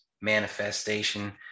manifestation